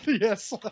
Yes